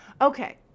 Okay